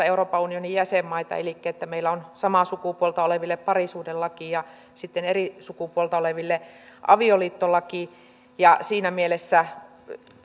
euroopan unionin jäsenmaita elikkä että meillä on samaa sukupuolta oleville parisuhdelaki ja sitten eri sukupuolta oleville avioliittolaki siinä mielessä